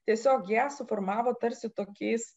tiesiog ją suformavo tarsi tokiais